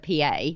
PA